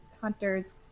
hunter's